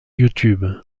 youtube